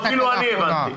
אפילו אני הבנתי.